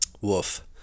woof